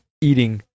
eating